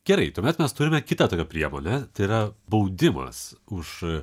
gerai tuomet mes turime kitą tokią priemonę tai yra baudimas už a